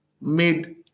made